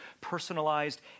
personalized